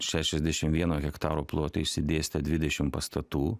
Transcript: šešiasdešim vieno hektaro plote išsidėstę dvidešim pastatų